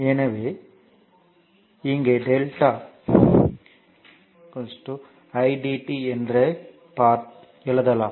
எனவே இங்கே delta eq i dt ஐ எழுதுவோம்